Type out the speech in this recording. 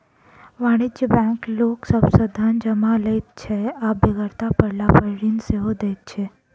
वाणिज्यिक बैंक लोक सभ सॅ धन जमा लैत छै आ बेगरता पड़लापर ऋण सेहो दैत छै